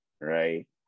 right